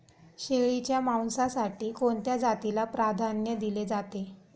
शेळीच्या मांसासाठी कोणत्या जातीला प्राधान्य दिले जाते?